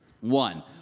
One